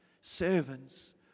servants